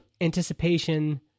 anticipation